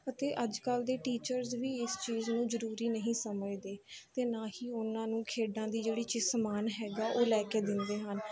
ਅਤੇ ਅੱਜ ਕੱਲ੍ਹ ਦੇ ਟੀਚਰਸ ਵੀ ਇਸ ਚੀਜ਼ ਨੂੰ ਜ਼ਰੂਰੀ ਨਹੀਂ ਸਮਝਦੇ ਅਤੇ ਨਾ ਹੀ ਉਹਨਾਂ ਨੂੰ ਖੇਡਾਂ ਦੀ ਜਿਹੜੀ ਚੀਜ਼ ਸਮਾਨ ਹੈਗਾ ਉਹ ਲੈ ਕੇ ਦਿੰਦੇ ਹਨ